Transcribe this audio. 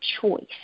choice